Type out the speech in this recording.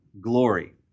glory